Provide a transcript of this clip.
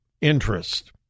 interest